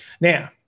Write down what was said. Now